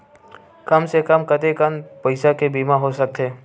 कम से कम कतेकन पईसा के बीमा हो सकथे?